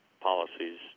policies